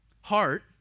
Heart